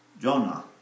Jonah